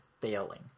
failing